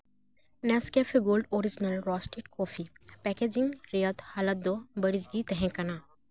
Nescafe gold original roasted coffee packaging ᱨᱮᱭᱟᱜ ᱦᱟᱞᱚᱛ ᱫᱚ ᱵᱟᱹᱲᱤᱡ ᱜᱮ ᱛᱟᱦᱮᱠᱟᱱᱟ